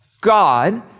God